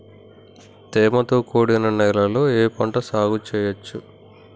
తేమతో కూడిన నేలలో ఏ పంట సాగు చేయచ్చు?